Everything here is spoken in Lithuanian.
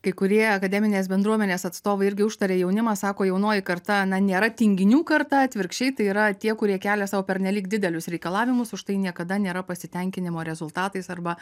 kai kurie akademinės bendruomenės atstovai irgi užtaria jaunimą sako jaunoji karta na nėra tinginių karta atvirkščiai tai yra tie kurie kelia sau pernelyg didelius reikalavimus už tai niekada nėra pasitenkinimo rezultatais arba